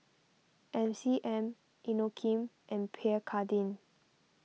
M C M Inokim and Pierre Cardin